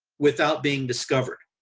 without being discovered.